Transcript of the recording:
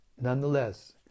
Nonetheless